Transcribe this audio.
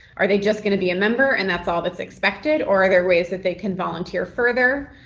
are they just going to be a member and that's all that's expected, or are there ways that they can volunteer further?